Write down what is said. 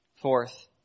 Fourth